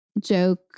joke